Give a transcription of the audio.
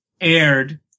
aired